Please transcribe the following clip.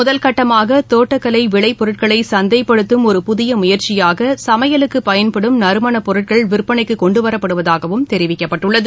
முதற்கட்டமாகதோட்டக்கலைவிளைப்பொருட்களைசந்தைப்படுத்தும் ஒரு புதியமுயற்சியாகச்மையலுக்குபயன்படும் நறுமணப் பொருட்கள் விற்பனைக்குகொன்டுவரப்படுவதாகவும் தெரிவிக்கப்பட்டுள்ளது